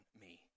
me